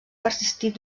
persistir